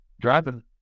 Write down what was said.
driving